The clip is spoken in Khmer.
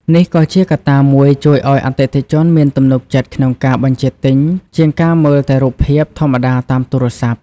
នេះក៏ជាកត្តាមួយជួយឲ្យអតិថិជនមានទំនុកចិត្តក្នុងការបញ្ជាទិញជាងការមើលតែរូបភាពធម្មតាតាមទូរស័ព្ទ។